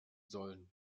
sollen